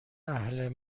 اهل